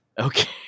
okay